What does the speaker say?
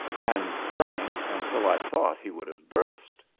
and drank until i thought he would have burst.